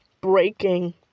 breaking